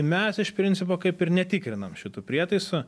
mes iš principo kaip ir netikrinam šitų prietaisų